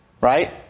right